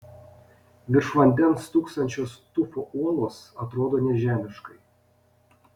virš vandens stūksančios tufo uolos atrodo nežemiškai